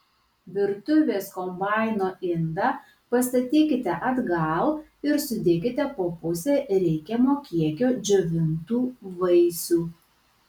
virtuvės kombaino indą pastatykite atgal ir sudėkite po pusę reikiamo kiekio džiovintų vaisių